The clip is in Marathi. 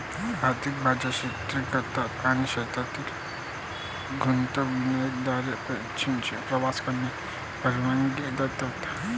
आर्थिक बाजार क्षेत्रांतर्गत आणि क्षेत्रातील गुंतवणुकीद्वारे पैशांचा प्रवाह करण्यास परवानगी देतात